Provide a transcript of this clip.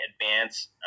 Advance